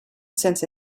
since